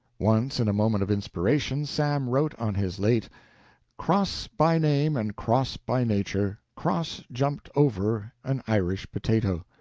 once in a moment of inspiration sam wrote on his late cross by name and cross by nature, cross jumped over an irish potato.